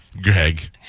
Greg